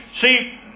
see